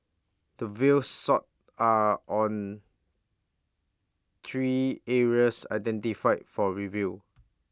the views sought are on three areas identified for review